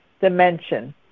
dimension